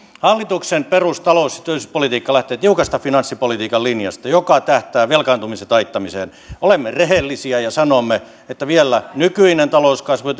hallituksen perustalous ja työllisyyspolitiikka lähtee tiukasta finanssipolitiikan linjasta joka tähtää velkaantumisen taittamiseen olemme rehellisiä ja sanomme että vielä nykyinen talouskasvu ja